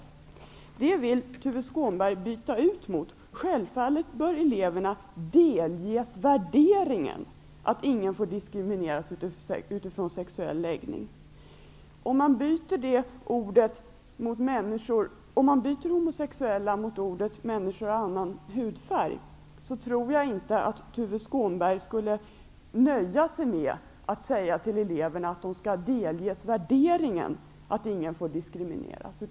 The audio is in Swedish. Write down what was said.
Tuve Skånberg vill att det i stället skall stå: Självfallet bör eleverna delges värderingen att ingen får diskrimineras utifrån sexuell läggning. Om man ersätter ''homosexuella'' med uttrycket människor av annan hudfärg, tror jag inte att Tuve Skånberg skulle nöja sig med att säga till eleverna att de skall delges värderingen att ingen får diskrimineras.